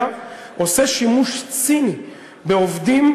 בפריפריה עושה שימוש ציני בעובדים,